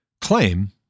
claim